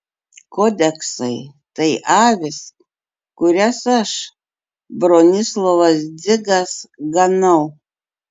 kodeksai tai avys kurias aš bronislovas dzigas ganau